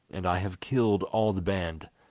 and i have killed all the band.